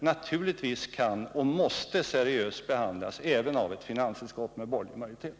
Naturligtvis borde, och måste, de behandlas seriöst — även av ett finansutskott med borgerlig majoritet.